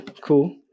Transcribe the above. cool